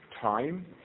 time